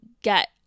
get